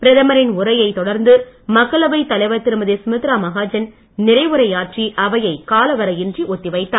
பிரதமரின் உரையை தொடர்ந்து மக்களவை தலைவர் திருமதி சுமித்ரா மகாஜன் நிறைவுரையாற்றி அவையை காலவரையின்றி ஒத்தி வைத்தார்